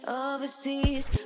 overseas